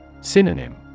Synonym